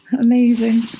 amazing